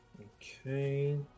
Okay